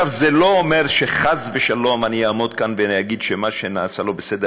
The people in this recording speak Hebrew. זה לא אומר שחס ושלום אני אעמוד כאן ואגיד שמה שנעשה לא בסדר,